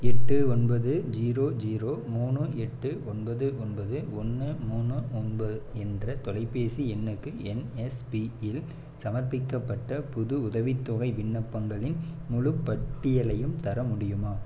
எட்டு ஒன்பது zero zero மூணு எட்டு ஒன்பது ஒன்பது ஒன்று மூணு ஒன்பது என்ற தொலைபேசி எண்ணுக்கு என்எஸ்பி யில் சமர்ப்பிக்கப்பட்ட புது உதவித்தொகை விண்ணப்பங்களின் முழுப் பட்டியலையும் தர முடியுமா